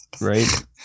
Right